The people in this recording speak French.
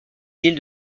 ville